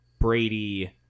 Brady